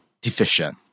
deficient